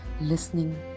Listening